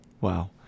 Wow